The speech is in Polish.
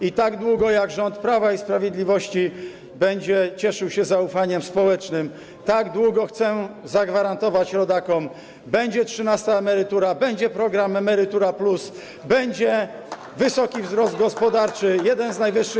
I tak długo, jak rząd Prawa i Sprawiedliwości będzie cieszył się zaufaniem społecznym - chcę to zagwarantować rodakom - będzie trzynasta emerytura, będzie program „Emerytura+”, będzie wysoki wzrost gospodarczy, jeden z najwyższych.